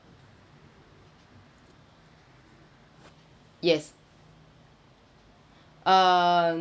yes uh